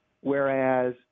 Whereas